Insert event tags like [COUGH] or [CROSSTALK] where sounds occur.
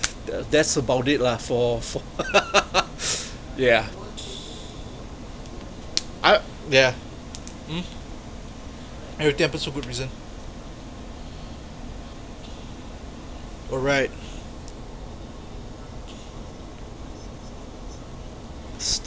that's about it lah for for [LAUGHS] yeah I yeah um everything happens for good reason alright